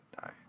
die